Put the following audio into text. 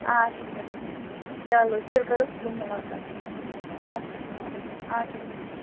اَچھا چلو چلو تیٚلہِ کَرو صُبحن مُلاقات حظ اِنشاء اللہ اَچھا اسلامُ علیکُم اَچھا سلامُ علیکُم